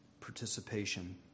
participation